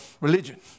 religion